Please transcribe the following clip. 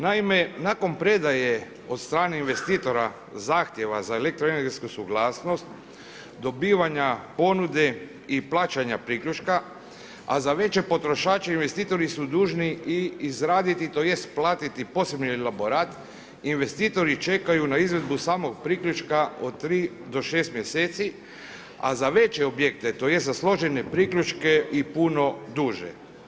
Naime, nakon predaje od strane investitora zahtjeva za elektroenergetsku suglasnost dobivanja ponude i plaćanja priključka a za veće potrošače investitori su dužni i izraditi, tj. platiti posebni elaborat investitori čekaju na izvedbu samog priključka od 3 do 6 mjeseci, a za veće objekte tj. za složene priključke i puno duže.